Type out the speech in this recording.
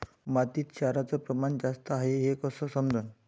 मातीत क्षाराचं प्रमान जास्त हाये हे कस समजन?